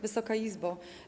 Wysoka Izbo!